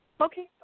Okay